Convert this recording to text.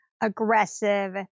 aggressive